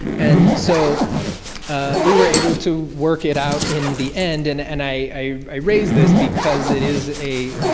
and so we were able to work it out in the end, and and i i raise this because it is a,